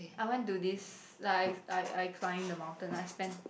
I went to this like I I climbed the mountain I spent